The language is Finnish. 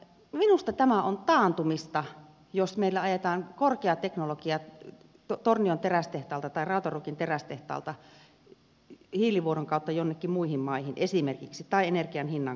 minusta tämä on taantumista jos meillä ajetaan korkea teknologia tornion terästehtaalta tai rautaruukin terästehtaalta hiilivuodon kautta jonnekin muihin maihin esimerkiksi tai energian hinnan kautta